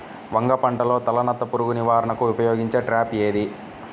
వంగ పంటలో తలనత్త పురుగు నివారణకు ఉపయోగించే ట్రాప్ ఏది?